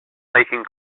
making